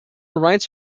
rights